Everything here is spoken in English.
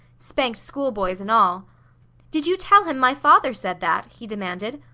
spanked school-boys and all did you tell him my father said that? he demanded.